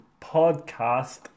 Podcast